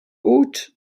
ought